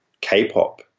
k-pop